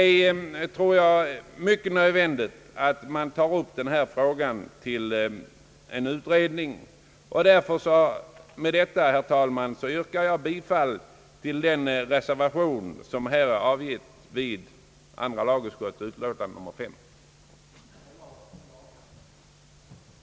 Jag tror det är synnerligen nödvändigt att ta upp denna fråga till utredning. Herr talman! Jag yrkar därför bifall till den vid andra lagutskottets utlåtande nr 5 fogade reservationen.